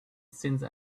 since